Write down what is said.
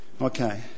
Okay